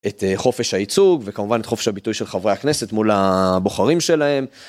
את חופש הייצוג וכמובן את חופש הביטוי של חברי הכנסת מול הבוחרים שלהם.